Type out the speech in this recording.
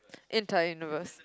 entire universe